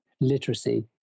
literacy